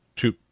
Two